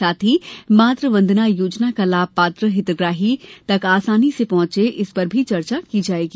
साथ ही मातृ वंदना योजना का लाभ पात्र हितग्राही तक आसानी से पहुंचे इस पर भी चर्चा की जायेगी